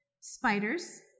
spiders